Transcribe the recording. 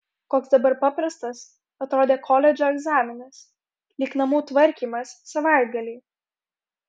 koks dabar paprastas atrodė koledžo egzaminas lyg namų tvarkymas savaitgalį